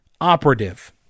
operative